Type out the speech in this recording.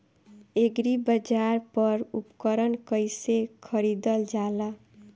एग्रीबाजार पर उपकरण कइसे खरीदल जाला?